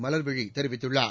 மலர்விழி தெரிவித்துள்ளார்